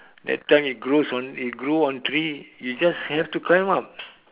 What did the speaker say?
that time it grows it grew on tree you just have to climb up